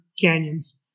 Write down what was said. canyons